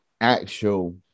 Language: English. actual